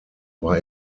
war